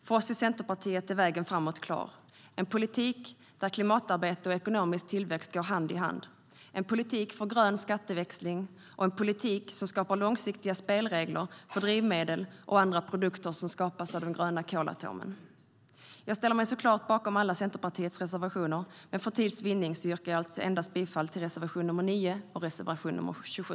För oss i Centerpartiet är vägen framåt klar; en politik där klimatarbete och ekonomisk tillväxt går hand i hand, en politik för grön skatteväxling och en politik som skapar långsiktiga spelregler för drivmedel och andra produkter som skapas av den gröna kolatomen. Jag ställer mig såklart bakom alla Centerpartiets reservationer, men för tids vinnande yrkar jag alltså bifall endast till reservationerna nr 9 och 27.